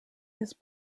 his